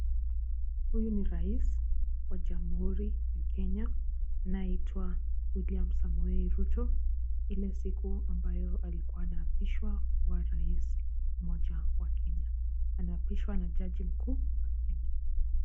Huyu ni rais wa jamhuri ya Kenya anayeitwa William Samoei Ruto, ile siku ambayo alikuwa anaapishwa kuwa rais mmoja wa Kenya. Anaapishwa na jaji mkuu wa Kenya.